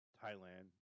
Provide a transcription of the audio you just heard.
Thailand